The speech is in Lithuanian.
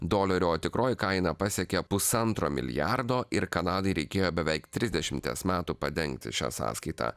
dolerių o tikroji kaina pasiekė pusantro milijardo ir kanadai reikėjo beveik trisdešimties metų padengti šią sąskaitą